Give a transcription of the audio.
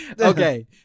Okay